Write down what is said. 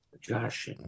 Josh